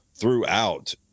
throughout